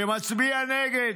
שמצביע נגד.